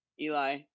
Eli